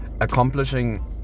accomplishing